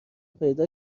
پیدا